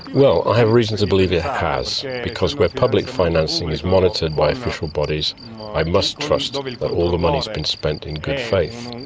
well, i have reason to believe it has because where public financing is monitored by official bodies i must trust that all the money's been spent in good faith.